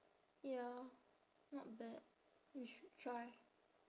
ya not bad you should try